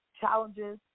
Challenges